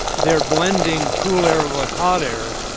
they're blending cool air with hot air.